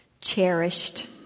cherished